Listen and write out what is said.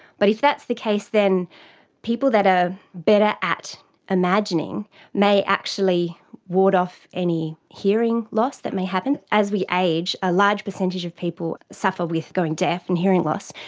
but if that's the case then people that are better at imagining may actually ward off any hearing loss that may happen. as we age, a large percentage of people suffer with going deaf and hearing loss.